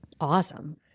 Awesome